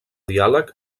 diàleg